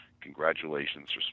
Congratulations